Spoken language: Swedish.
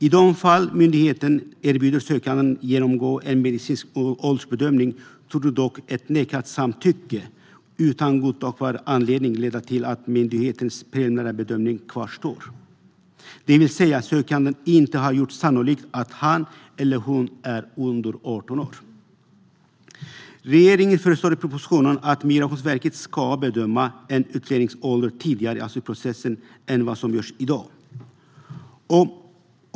I de fall myndigheten erbjuder den sökande att genomgå en medicinsk åldersbedömning torde dock ett nekat samtycke utan godtagbar anledning leda till att myndighetens preliminära bedömning kvarstår, det vill säga att den sökande inte har gjort sannolikt att han eller hon är under 18 år. Regeringen föreslår i propositionen att Migrationsverket ska bedöma en utlännings ålder tidigare i asylprocessen än vad som görs i dag.